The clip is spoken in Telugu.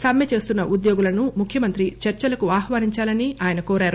సమ్మి చేస్తున్న ఉద్యోగులను ముఖ్యమంత్రి చర్చలకు ఆహ్వానించాలని నారాయణ కోరారు